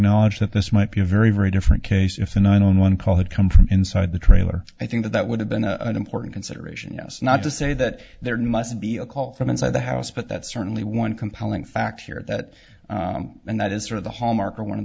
acknowledge that this might be a very very different case if the one on one call had come from inside the trailer i think that that would have been a important consideration yes not to say that there must be a call from inside the house but that's certainly one compelling factor here that and that is sort of the hallmark or one of